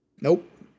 Nope